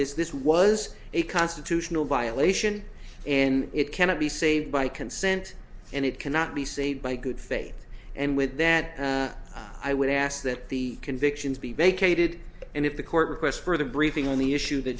this this was a constitutional violation and it cannot be saved by consent and it cannot be saved by good faith and with that i would ask that the convictions be vacated and if the court requests for the briefing only issue th